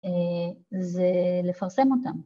זה לפרסם אותם.